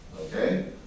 Okay